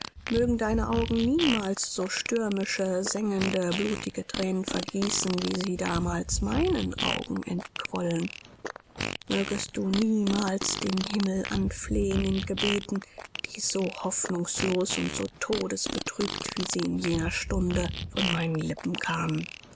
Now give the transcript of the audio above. mögen deine augen niemals so stürmische sengende blutige thränen vergießen wie sie damals meinen augen entquollen mögest du niemals den himmel anflehen in gebeten die so hoffnungslos und so todesbetrübt wie sie in jener stunde von meinen lippen kamen